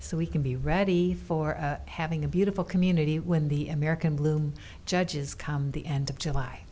so we can be ready for having a beautiful community when the american blue judges come the end of july